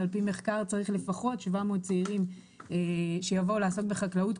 על פי מחקר צריך בכל שנה לפחות 700 צעירים חדשים שיבואו לעסוק בחקלאות,